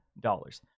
dollars